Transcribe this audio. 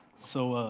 so,